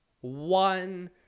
one